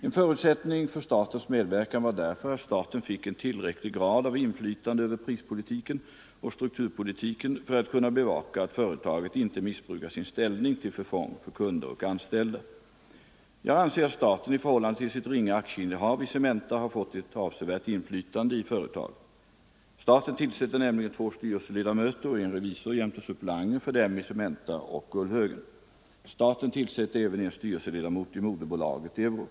En förutsättning för statens medverkan var därför att staten fick en tillräcklig grad av inflytande över prispolitiken och strukturpolitiken för att kunna bevaka att företaget inte missbrukar sin ställning till förfång för kunder och anställda. Jag anser att staten i förhållande till sitt ringa aktieinnehav i Cementa har fått ett avsevärt inflytande i företaget. Staten tillsätter nämligen två styrelseledamöter och en revisor jämte suppleanter för dem i Cementa och Gullhögen. Staten tillsätter. Nr 131 även en styrelseledamot i moderbolaget Euroc.